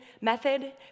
method